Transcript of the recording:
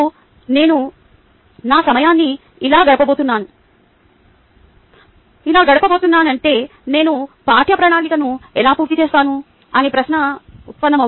ఇప్పుడు నేను నా సమయాన్ని ఇలా గడపబోతున్నానంటే నేను పాఠ్యప్రణాళికను ఎలా పూర్తి చేస్తాను అనే ప్రశ్న తలెత్తుతుంది